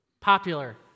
popular